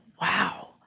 Wow